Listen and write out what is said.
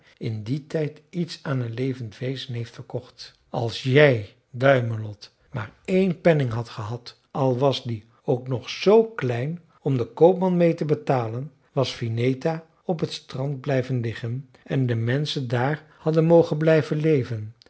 in dien tijd iets aan een levend wezen heeft verkocht als jij duimelot maar een penning hadt gehad al was die ook nog zoo klein om den koopman meê te betalen was vineta op het strand blijven liggen en de menschen daar hadden mogen leven